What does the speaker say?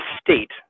state